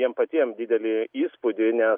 jiem patiem didelį įspūdį nes